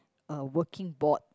uh working board